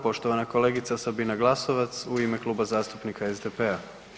Poštovana kolegica Sabina Glasovac u ime Kluba zastupnika SDP-a.